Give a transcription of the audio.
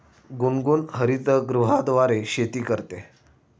गुनगुन हरितगृहाद्वारे शेती करते